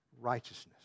righteousness